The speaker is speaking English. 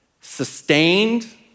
sustained